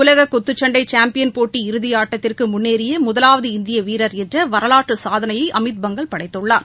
உலக குத்துச்சண்டை சாம்பியன் போட்டி இறுதி ஆட்டத்திற்கு முன்னேறிய முதலாவது இந்திய வீரர் என்ற வரலாற்று சாதனையை அமித் பங்கல் படைத்துள்ளார்